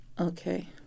Okay